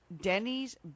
Denny's